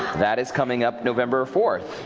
that is coming up november fourth.